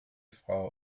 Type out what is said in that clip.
frau